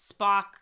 Spock